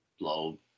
blow